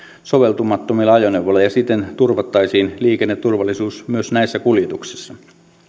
soveltumattomilla ajoneuvoilla ja siten turvattaisiin liikenneturvallisuus myös näissä kuljetuksissa